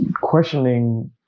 questioning